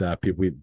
People